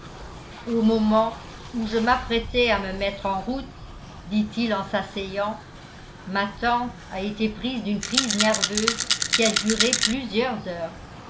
au moment où je m'apprêtais à me mettre en route dit-il en s'asseyant ma tante a été prise d'une crise nerveuse qui a duré plusieurs heures